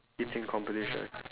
eating competition